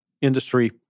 industry